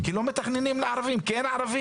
כי לא מתכננים לערבים, כי אין ערבים.